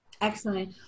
Excellent